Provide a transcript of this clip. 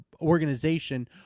organization